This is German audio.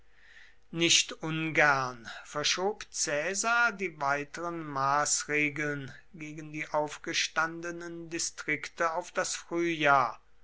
nicht ungern verschob caesar die weiteren maßregeln gegen die aufgestandenen distrikte auf das frühjahr